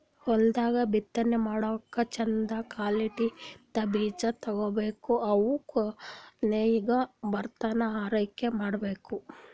ಹೊಲ್ದಾಗ್ ಬಿತ್ತನೆ ಮಾಡ್ಲಾಕ್ಕ್ ಚಂದ್ ಕ್ವಾಲಿಟಿದ್ದ್ ಬೀಜ ತರ್ಬೆಕ್ ಅವ್ ಕೊಯ್ಲಿಗ್ ಬರತನಾ ಆರೈಕೆ ಮಾಡ್ಬೇಕ್